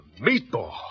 meatball